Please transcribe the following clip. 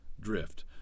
drift